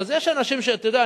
אז יש אנשים, אתה יודע?